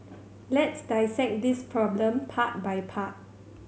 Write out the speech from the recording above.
let's dissect this problem part by part